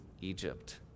Egypt